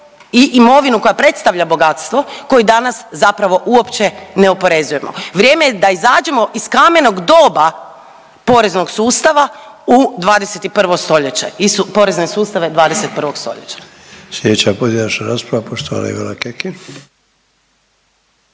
i imovinu koja predstavlja bogatstvo koju danas zapravo uopće ne oporezujemo. Vrijeme je da izađemo iz kamenog doba poreznog sustava u 21. stoljeće i porezne sustave 21. stoljeća.